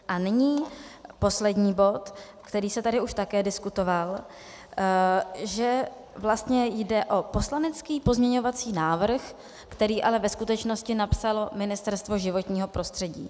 A nyní poslední bod, který se tady už také diskutoval, že vlastně jde o poslanecký pozměňovací návrh, který ale ve skutečnosti napsalo Ministerstvo životního prostředí.